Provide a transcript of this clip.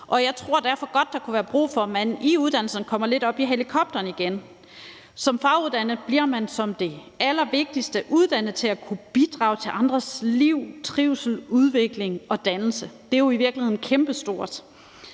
og jeg tror derfor godt, der kunne være brug for, at man i uddannelserne kommer lidt op i helikopteren igen. Som faguddannet bliver man som det allervigtigste uddannet til at kunne bidrage til andres liv, trivsel, udvikling og dannelse. Det er i virkeligheden kæmpestort.